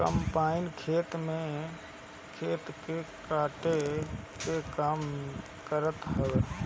combine खेत के काटे के काम करत हवे